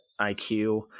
iq